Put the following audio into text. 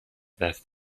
دست